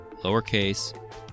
lowercase